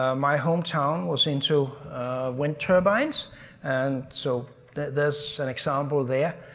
um my hometown was into wind turbines and so there's an example there,